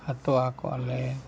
ᱦᱟᱛᱣᱟ ᱠᱚᱣᱟᱞᱮ